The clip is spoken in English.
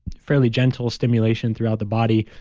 fairly gentle stimulation, throughout the body,